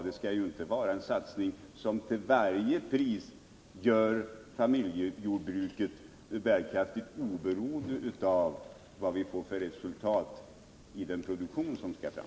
Det skall inte vara så att satsningen för att göra familjejordbruket bärkraftigt skall genomföras till varje pris, oberoende av vad vi får för resultat i den produktion som skall fram.